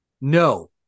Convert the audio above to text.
no